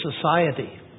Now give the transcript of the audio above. society